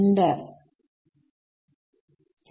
അതാണ് എന്റെ